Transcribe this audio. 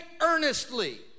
earnestly